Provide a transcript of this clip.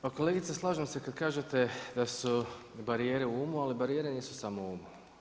Pa kolegice slažem se kad kažete da su barijere u umu, ali barijera nisu samo u umu.